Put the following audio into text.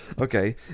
Okay